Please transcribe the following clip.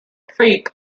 creek